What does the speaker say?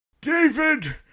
David